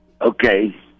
Okay